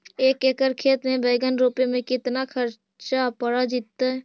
एक एकड़ खेत में बैंगन रोपे में केतना ख़र्चा पड़ जितै?